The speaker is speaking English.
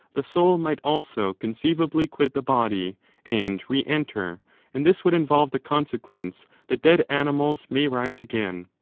the soul might also conceivably quit the body and re-enter and this would involve the consequence that dead animals may rise again.